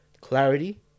clarity